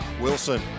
Wilson